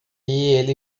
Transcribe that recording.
ele